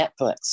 Netflix